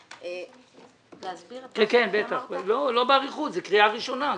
לא באריכות, זה קריאה ראשונה.